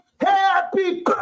Happy